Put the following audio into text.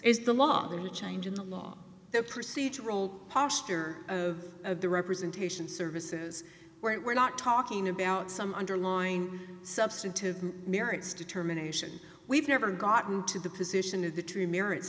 is the law the only change in the law the procedural posture of of the representation services where we're not talking about some underlying substantive merits determination we've never gotten to the position of the tree merits